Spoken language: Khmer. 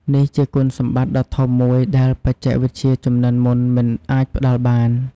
នេះជាគុណសម្បត្តិដ៏ធំមួយដែលបច្ចេកវិទ្យាជំនាន់មុនមិនអាចផ្ដល់បាន។